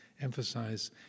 emphasize